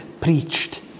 preached